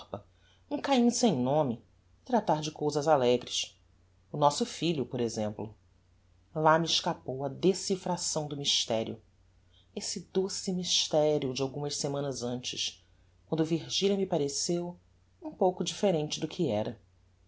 um cainho sem nome e tratar de cousas alegres o nosso filho por exemplo lá me escapou a decifração do mysterio esse doce mysterio de algumas semanas antes quando virgilia me pareceu um pouco differente do que era